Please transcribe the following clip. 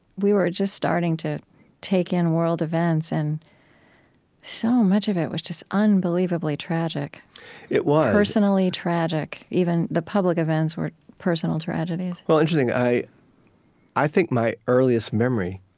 we were just starting to take in world events. and so much of it was just unbelievably tragic it was personally tragic. even the public events were personal tragedies well, interesting. i i think my earliest memory